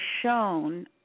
shown